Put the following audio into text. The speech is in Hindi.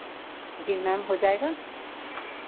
जी मैम हो जाएगा